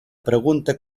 pregunta